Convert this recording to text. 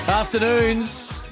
afternoons